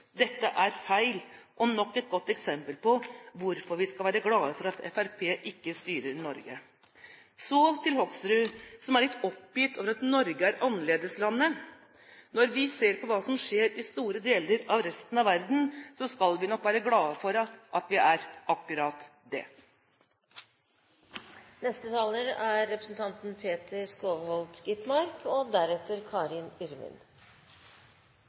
Dette er feil, og nok et godt eksempel på hvorfor vi skal være glad for at Fremskrittspartiet ikke styrer Norge. Så til Hoksrud, som er litt oppgitt over at Norge er «annerledeslandet». Når vi ser på hva som skjer i store deler av resten av verden, skal vi nok være glad for at vi er akkurat det. Fortreffelighetens smil ligger tykt over enkelte rød-grønne representanter, og det er troen på egen fortreffelighet. Mye er godt i Norge, og